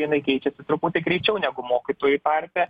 jinai keičiasi truputį greičiau negu mokytojų tarpe